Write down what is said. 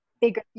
bigger